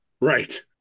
Right